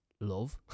love